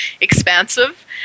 expansive